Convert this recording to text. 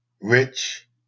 rich